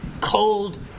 cold